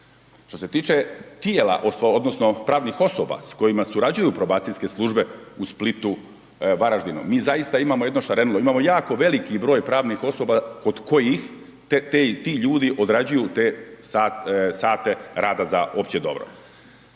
Što se tiče tijela odnosno pravnih osoba s kojima surađuju probacijske službe u Splitu, Varaždinu, mi zaista imamo jedno šarenilo, imamo jako veliki broj pravnih osoba kod kojih ti ljudi odrađuju te sate rada za opće dobro.